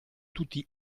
tutti